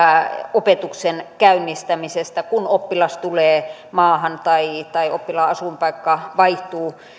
opetuksen käynnistämisestä kun oppilas tulee maahan tai tai oppilaan asuinpaikka vaihtuu